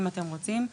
אם אתם רוצים.